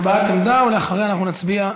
אחריה נצביע.